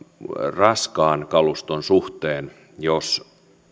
raskaan kaluston suhteen jos